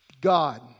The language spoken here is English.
God